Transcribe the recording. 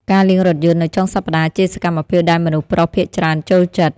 ការលាងរថយន្តនៅចុងសប្តាហ៍ ជាសកម្មភាពដែលមនុស្សប្រុសភាគច្រើនចូលចិត្ត។